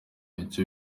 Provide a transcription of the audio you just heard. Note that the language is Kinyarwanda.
icyo